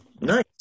nice